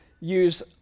use